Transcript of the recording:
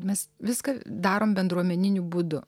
mes viską darom bendruomeniniu būdu